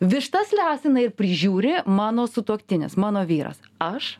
vištas lesina ir prižiūri mano sutuoktinis mano vyras aš